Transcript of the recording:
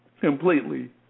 completely